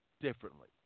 differently